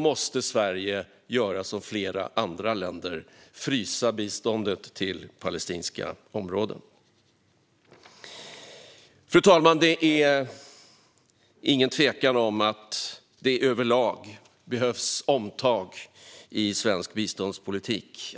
måste Sverige göra som flera andra länder och frysa biståndet till palestinska områden. Fru talman! Det är ingen tvekan om att det överlag behövs omtag i svensk biståndspolitik.